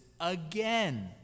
again